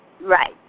right